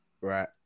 right